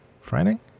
Friday